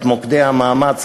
את מוקדי המאמץ,